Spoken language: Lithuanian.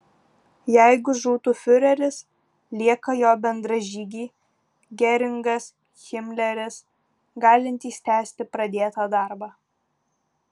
jeigu žūtų fiureris lieka jo bendražygiai geringas himleris galintys tęsti pradėtą darbą